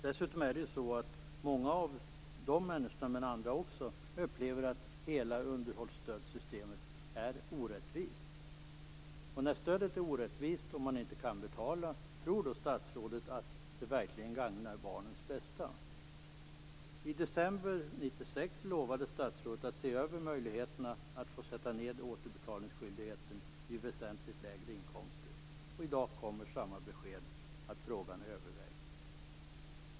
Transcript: Dessutom upplever många av de här människorna, men andra också, att hela underhållsstödssystemet är orättvist. När stödet är orättvist och man inte kan betala, tror statsrådet att det verkligen gagnar barnen? I december 1996 lovade statsrådet att se över möjligheterna att få sätta ned återbetalningsskyldigheten vid väsentligt lägre inkomster. I dag kommer samma besked, att frågan övervägs.